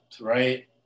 right